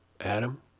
Adam